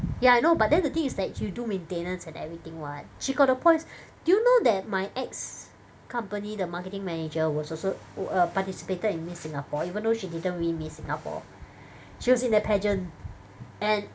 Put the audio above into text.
ya I know but then the thing is that you should do maintenance and everything [what] she got the points do you know that my ex-company the marketing manager was also participated in Miss Singapore even though she didn't win Miss Singapore she was in that pageant and